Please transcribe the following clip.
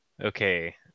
okay